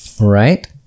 Right